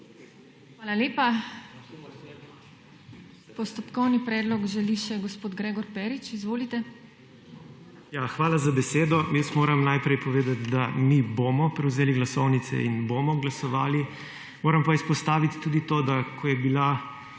Hvala lepa. Postopkovni predlog želi še gospod Gregor Perič. Izvolite. **GREGOR PERIČ (PS SMC):** Ja, hvala za besedo. Jaz moram najprej povedati, da mi bomo prevzeli glasovnice in bomo glasovali. Moram pa izpostaviti tudi to, da ko je bila